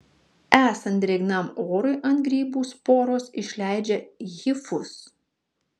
esant drėgnam orui ant grybų sporos išleidžia hifus